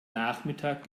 nachmittag